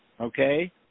okay